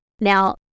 Now